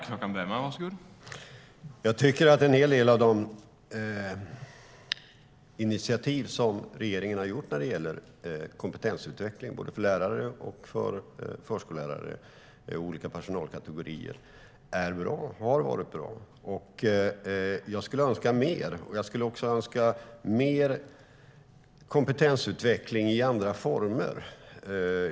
Herr talman! Jag tycker att en hel del av de initiativ som regeringen har tagit när det gäller kompetensutveckling för lärare, förskolelärare och olika personalkategorier är och har varit bra, men jag skulle önska mer. Jag skulle önska mer kompetensutveckling i andra former.